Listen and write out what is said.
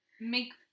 make